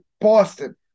Boston